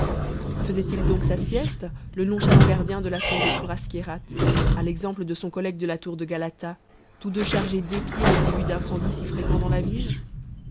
faisait-il donc sa sieste le nonchalant gardien de la tour du séraskierat à l'exemple de son collègue de la tour de galata tous deux chargés d'épier les débuts d'incendie si fréquents dans la ville